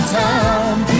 time